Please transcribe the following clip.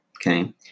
Okay